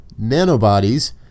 nanobodies